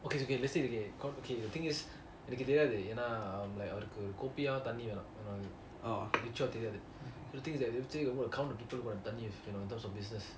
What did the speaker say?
okay okay let's say